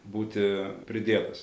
būti pridėtas